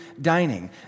Dining